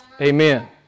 Amen